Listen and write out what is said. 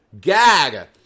Gag